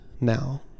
now